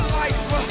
life